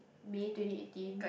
May twenty eighteen